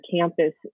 campus